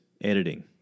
editing